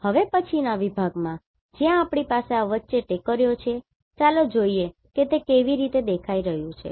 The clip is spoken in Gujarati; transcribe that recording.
હવે પછીના વિભાગમાં જ્યાં આપણી પાસે આ વચ્ચે ટેકરીઓ છે ચાલો જોઈએ કે તે કેવી રીતે દેખાઈ રહ્યું છે